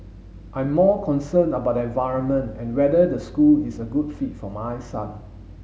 I'm more concerned about the environment and whether the school is a good fit for my son